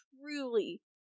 truly